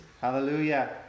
Hallelujah